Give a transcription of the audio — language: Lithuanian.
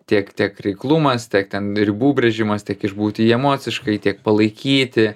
tiek tiek reiklumas tiek ten ribų brėžimas tiek išbūti jį emociškai tiek palaikyti